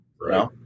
Right